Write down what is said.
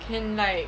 can like